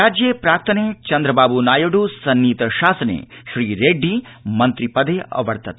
राज्ये प्राक्तने चन्द्रबाबू नायडू सन्नीत शासने श्री रेड्डी मन्त्रिपदे अवर्तत